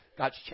God's